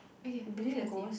okay is it the same